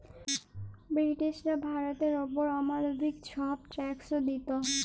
ব্রিটিশরা ভারতের অপর অমালবিক ছব ট্যাক্স দিত